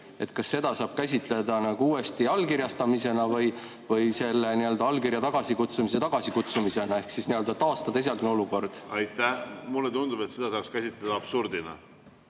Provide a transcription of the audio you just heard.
kas seda saab käsitleda uuesti allkirjastamisena või allkirja tagasikutsumise tagasikutsumisena? Nii saaks taastada esialgse olukorra. Aitäh! Mulle tundub, et seda saaks käsitleda absurdina.